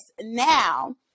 now